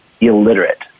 illiterate